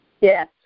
Yes